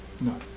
No